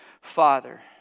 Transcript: father